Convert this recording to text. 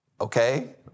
Okay